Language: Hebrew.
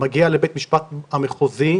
מגיע לבית משפט המחוזי,